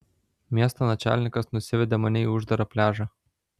miesto načalnikas nusivedė mane į uždarą pliažą